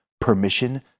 permission